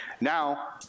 Now